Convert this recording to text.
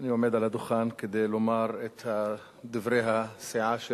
אני עומד על הדוכן כדי לומר את דברי הסיעה שלנו,